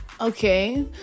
Okay